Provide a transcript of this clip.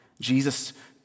Jesus